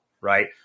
right